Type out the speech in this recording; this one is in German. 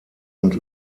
und